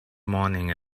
morning